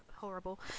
horrible